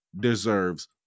deserves